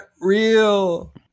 real